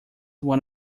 one